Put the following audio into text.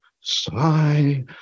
sigh